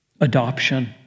Adoption